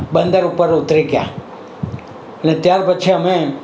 બંદર ઉપર ઉતરી ગયા અને ત્યાર પછી અમે